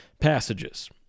passages